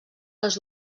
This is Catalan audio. les